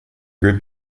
group